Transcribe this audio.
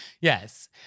Yes